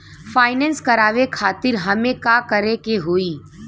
Finance करावे खातिर हमें का करे के होई?